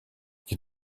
you